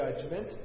judgment